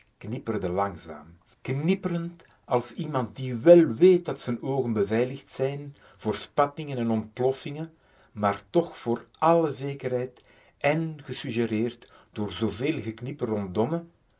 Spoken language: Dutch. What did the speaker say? knipperend als iemand die wel wéét dat z'n oogen beveiligd zijn voor spattingen en ontploffingen maar toch voor alle zekerheid èn gesuggereerd door